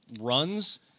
runs